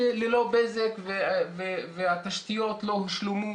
שנים רבות ללא בזק והתשתיות לא הושלמו